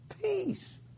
Peace